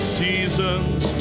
seasons